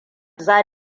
za